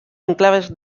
enclaves